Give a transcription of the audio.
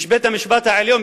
בית-המשפט העליון,